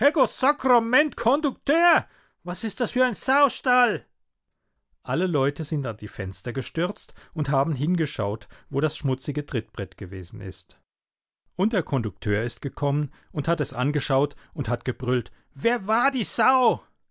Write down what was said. konduktör was ist das für ein saustall alle leute sind an die fenster gestürzt und haben hingeschaut wo das schmutzige trittbrett gewesen ist und der kondukteur ist gekommen und hat es angeschaut und hat gebrüllt wer war die sau